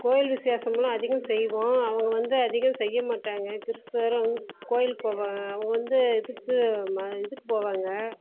கோயில் விசேஷம்லாம் அதிகம் செய்வோம் அவங்க வந்து அதிகம் செய்யமாட்டாங்க கிறிஸ்துவர் கோவிலுக்கு போக அவங்க வந்து இதுக்கு இதுக்கு போவாங்க